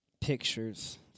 pictures